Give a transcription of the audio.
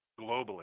globally